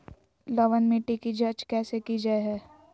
लवन मिट्टी की जच कैसे की जय है?